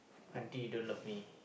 aunty don't love me